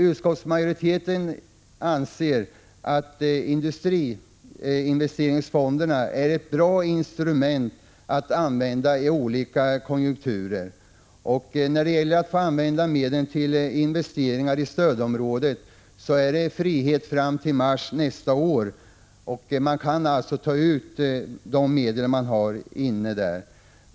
Utskottsmajoriteten anser dock att industriinvesteringsfonderna är ett bra instrument att använda i olika konjunkturer. När det gäller att få använda medel till investeringar i stödområdet gäller frihet fram till mars nästa år. Man kan alltså ta ut de medel man har innestående.